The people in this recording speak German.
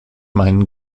meinen